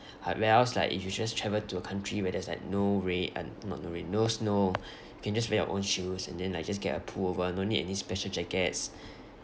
how where else like if you just travel to a country where there's like no rain uh not no rain no snow you can just wear your own shoes and then like just get a pullover no need any special jackets